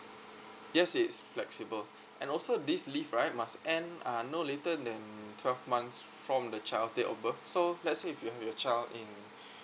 yes it's flexible and also this leave right must end uh no later than twelve months from the child's date of birth so let's say you have your child in